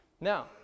Now